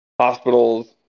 hospitals